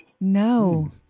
No